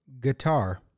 Guitar